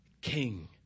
king